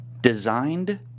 designed